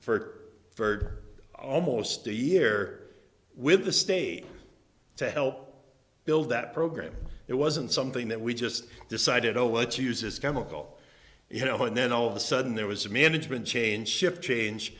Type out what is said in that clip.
for almost a year with the state to help build that program it wasn't something that we just decided oh what's uses chemical you know and then all of a sudden there was a management change shift change